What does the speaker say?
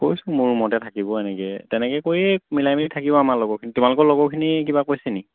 কৈছোঁ মোৰ ৰুমতে থাকিব এনেকৈ তেনেকৈ কৰিয়ে মিলাই মেলি থাকিব আমাৰ লগৰখিনি তোমালোকৰ লগৰখিনিয়ে কিবা কৈছে নেকি